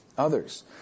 Others